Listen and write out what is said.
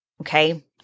Okay